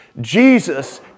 Jesus